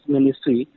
Ministry